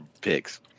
pigs